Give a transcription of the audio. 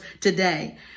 today